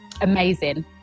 Amazing